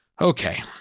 Okay